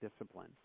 discipline